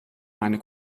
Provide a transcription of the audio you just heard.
meine